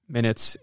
minutes